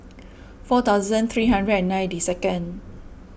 four thousand three hundred and ninety second